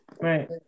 right